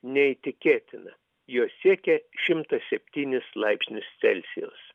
neįtikėtina jos siekia šimtą septynis laipsnius celsijaus